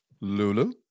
Lulu